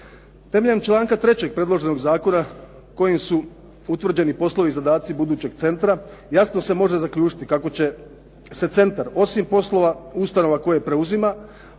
Temeljem članka 3. predloženog zakona kojim su utvrđeni poslovni zadaci budućeg centra, jasno se može zaključiti kako će se centar, osim poslova ustanova koje preuzima,